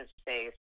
space